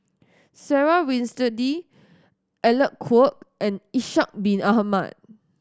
Sarah Winstedt Alec Kuok and Ishak Bin Ahmad